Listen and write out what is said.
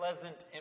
pleasant